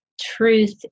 truth